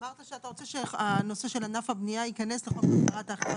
אמרת שאתה רוצה שהנושא של ענף הבנייה ייכנס לחוק הגברת האכיפה.